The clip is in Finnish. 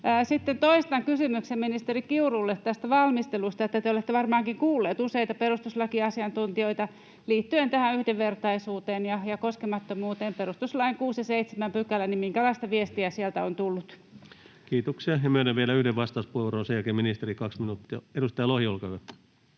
Sitten toistan kysymyksen ministeri Kiurulle tästä valmistelusta: kun te olette varmaankin kuullut useita perustuslakiasiantuntijoita liittyen tähän yhdenvertaisuuteen ja koskemattomuuteen — perustuslain 6 ja 7 §— niin minkälaista viestiä sieltä on tullut? [Speech 62] Speaker: Ensimmäinen varapuhemies Antti Rinne Party: N/A Role: chairman